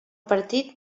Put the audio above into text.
partit